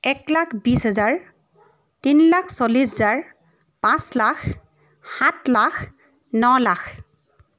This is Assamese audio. এক লাখ বিছ হেজাৰ তিনি লাখ চল্লিছ হেজাৰ পাঁচ লাখ সাত লাখ ন লাখ